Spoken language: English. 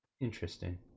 Interesting